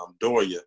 Doria